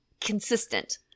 consistent